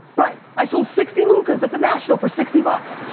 right, i sold sixty lukas at the national for sixty bucks.